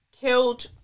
Killed